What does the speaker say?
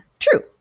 True